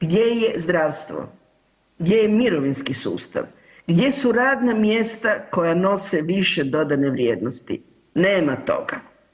Gdje je zdravstvo, gdje je mirovinski sustav, gdje su radna mjesta koja nose više dodane vrijednosti, nema toga.